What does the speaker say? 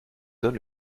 donne